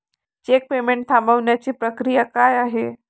Check payment थांबवण्याची प्रक्रिया काय आहे?